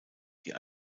die